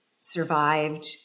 survived